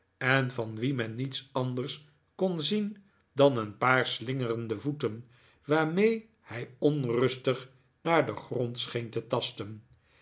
en van wien men niets anders kon zien dan een paar slingerende yoeten waarmee hij onxustig naar den grond scheen te tasten